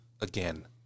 again